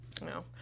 No